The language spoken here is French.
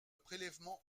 prélèvements